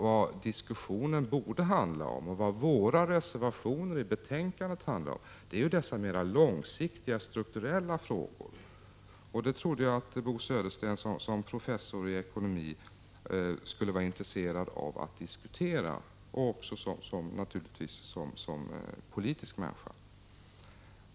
Vad diskussionen borde handla om, och vad våra reservationer i betänkandet handlar om, är mer långsiktiga strukturella frågor. Jag trodde att Bo Södersten, såsom professor i ekonomi och naturligtvis också som politisk människa, skulle vara intresserad av att diskutera detta.